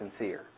sincere